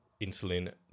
insulin